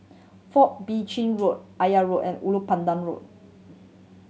Fourth Bee Chin Road Aya Road and Ulu Pandan Road